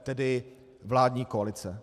Tedy vládní koalice.